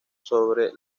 sobre